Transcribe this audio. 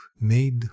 made